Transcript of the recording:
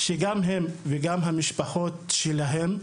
הוא גם להם וגם למשפחות שלהם.